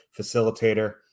facilitator